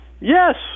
yes